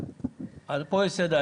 אבל פה יש סדר.